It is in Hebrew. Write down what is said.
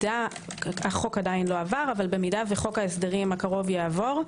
החוק עדיין לא עבר אבל אם חוק ההסדרים הקרוב יעבור,